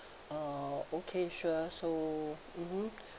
uh okay sure so mmhmm